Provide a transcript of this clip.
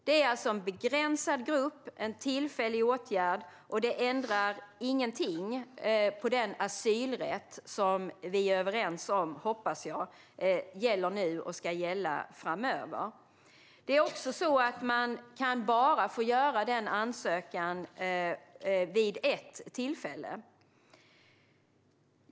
Det är alltså en begränsad grupp och en tillfällig åtgärd, och detta ändrar ingenting i den asylrätt som, hoppas jag, vi är överens om gäller nu och ska gälla nu och framöver. Man kan bara få göra denna ansökan vid ett tillfälle.